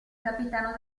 capitano